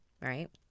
right